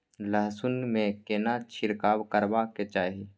लहसुन में केना छिरकाव करबा के चाही?